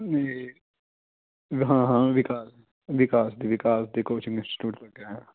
ਨਹੀਂ ਹਾਂ ਹਾਂ ਵਿਕਾਸ ਵਿਕਾਸ ਵਿਕਾਸ ਤਾਂ ਕੋਚਿੰਗ ਇੰਸਟੀਚਿਊਟ ਲੱਗਿਆ ਹੋਇਆ